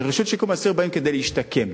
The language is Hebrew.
לרשות לשיקום האסיר באים כדי להשתקם.